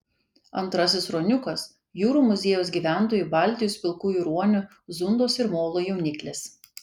antrasis ruoniukas jūrų muziejaus gyventojų baltijos pilkųjų ruonių zundos ir molo jauniklis